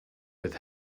with